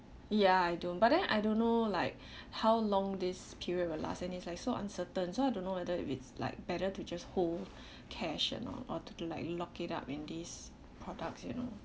ya I don't but then I don't know like how long this period will last and it's like so uncertain so I don't know whether it's like better to just hold cash or not or to do like lock it up in these products you know